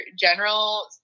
general